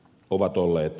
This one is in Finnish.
ovat olleet